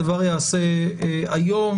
הדבר ייעשה היום,